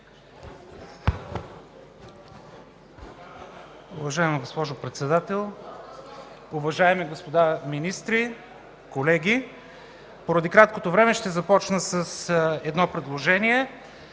Уважаема госпожо Председател, уважаеми господа министри, колеги! Поради краткото време ще започна с едно предложение: